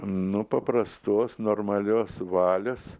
nu paprastos normalios valios